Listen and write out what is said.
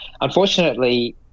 unfortunately